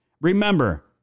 Remember